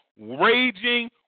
raging